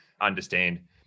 understand